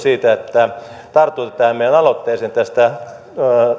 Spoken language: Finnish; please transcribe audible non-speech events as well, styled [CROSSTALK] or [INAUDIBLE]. [UNINTELLIGIBLE] siitä että tartuitte tähän meidän aloitteeseen tästä